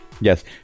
Yes